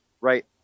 right